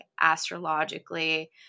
astrologically